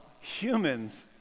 humans